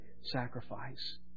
sacrifice